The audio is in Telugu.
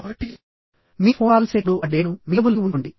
కాబట్టి మీరు ఫోన్ కాల్ చేసేటప్పుడు ఆ డేటాను మీ టేబుల్పై ఉంచుకోండి